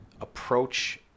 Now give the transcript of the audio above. approach